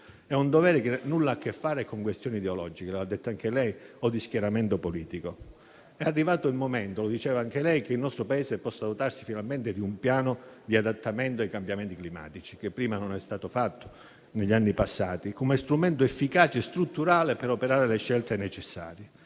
È un dovere che nulla ha a che fare con questioni ideologiche - lo ha detto anche lei, signor Ministro - o di schieramento politico. È arrivato il momento - lo diceva anche lei - per il nostro Paese di dotarsi finalmente di un piano di adattamento ai cambiamenti climatici, che non è stato fatto negli anni passati, come strumento efficace e strutturale per operare le scelte necessarie,